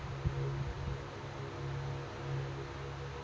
ATM ಅರ್ಜಿ ಹೆಂಗೆ ಕೊಡುವುದು?